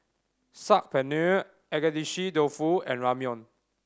Saag Paneer Agedashi Dofu and Ramyeon